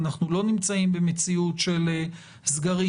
אנחנו לא נמצאים במציאות של סגרים,